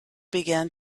began